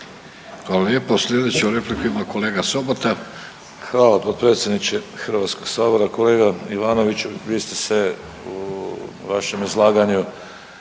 Hvala lijepo. Slijedeću repliku ima kolega Sobota. **Sobota, Darko (HDZ)** Hvala potpredsjedniče Hrvatskog sabora. Kolega Ivanoviću vi ste se u vašem izlaganju